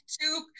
two